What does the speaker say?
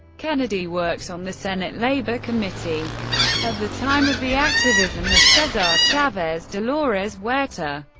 kennedy worked on the senate labor committee at the time of the activism of cesar chavez, dolores huerta,